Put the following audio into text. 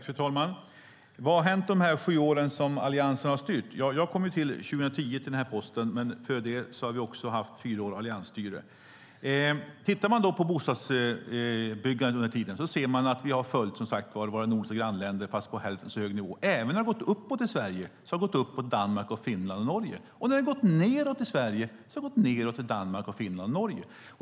Fru talman! Vad har hänt under de sju år som Alliansen har styrt? Ja, jag kom till den här posten 2010, men vi hade också fyra år alliansstyre före det. Tittar man på bostadsbyggandet under den här tiden ser man att vi har följt våra nordiska grannländer fast på häften så hög nivå. När det har gått uppåt i Sverige har det även gått uppåt i Danmark, Finland och Norge. Och när det har gått nedåt i Sverige har det gått nedåt i Danmark, Finland och Norge.